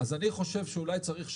אז אני חושב שאולי צריך שנה,